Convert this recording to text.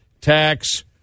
tax